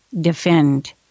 defend